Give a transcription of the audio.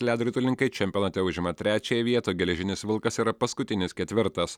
ledo ritulininkai čempionate užima trečiąją vietą o geležinis vilkas yra paskutinis ketvirtas